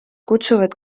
kutsuvad